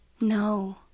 No